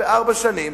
בארבע שנים,